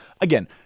Again